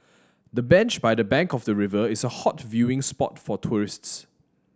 the bench by the bank of the river is a hot viewing spot for tourists